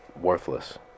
worthless